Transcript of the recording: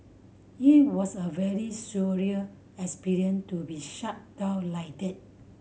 it was a very surreal experience to be shut down like that